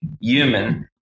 human